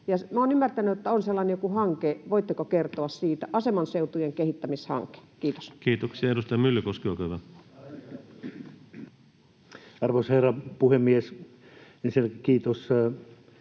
olen ymmärtänyt, että on joku sellainen hanke. Voitteko kertoa siitä, asemanseutujen kehittämishankkeesta? Kiitoksia. — Ja edustaja Myllykoski, olkaa hyvä. Arvoisa herra puhemies! Ensinnäkin kiitos